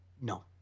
No